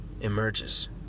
emerges